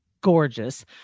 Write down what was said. gorgeous